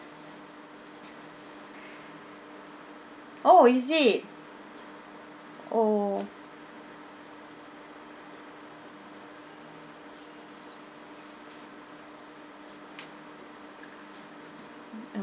oh is it oh